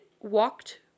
walked